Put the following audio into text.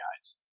guys